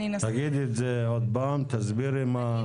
תגידי את זה עוד פעם, תסבירי מה אמרת.